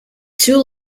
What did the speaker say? two